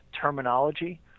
terminology